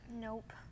Nope